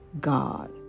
God